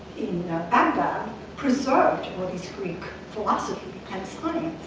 baghdad preserved what is greek philosophy and science.